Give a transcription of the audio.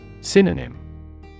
Synonym